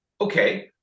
Okay